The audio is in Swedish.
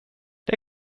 det